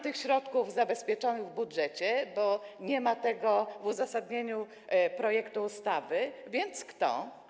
Tych środków nie ma zabezpieczonych w budżecie, bo nie ma tego w uzasadnieniu projektu ustawy, więc kto?